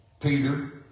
Peter